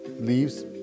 leaves